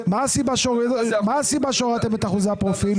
מה הסיבה שהורדתם את אחוזי הפרופיל?